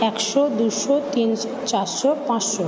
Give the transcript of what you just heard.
একশো দুশো তিনশো চারশো পাঁচশো